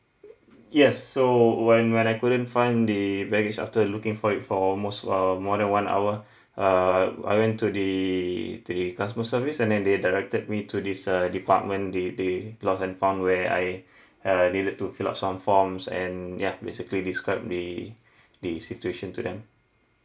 yes so when when I couldn't find the baggage after looking for it for almost err more than one hour err I went to the to the customer service and then they directed me to this uh department the the lost and found where I uh needed to fill up some forms and ya basically describe the the situation to them